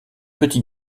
petit